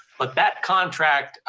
but that contract